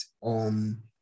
on